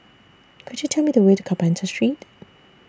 Could YOU Tell Me The Way to Carpenter Street